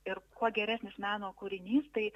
ir kuo geresnis meno kūrinys tai